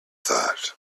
thought